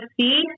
see